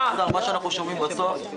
רב לזכויות שלנו.